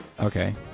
okay